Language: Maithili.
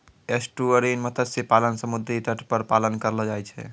एस्टुअरिन मत्स्य पालन समुद्री तट पर पालन करलो जाय छै